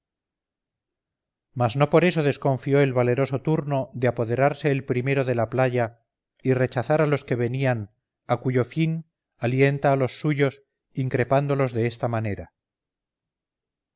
mas no por eso desconfió el valeroso turno de apoderarse el primero de la playa y rechazar a los que venían a cuyo fin alienta a los suyos increpándolos de esta manera